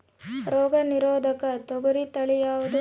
ರೋಗ ನಿರೋಧಕ ತೊಗರಿ ತಳಿ ಯಾವುದು?